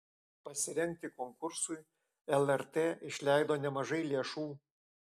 pasirengti konkursui lrt išleido nemažai lėšų